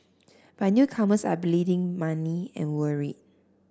but newcomers are bleeding money and worried